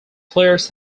players